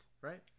right